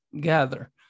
gather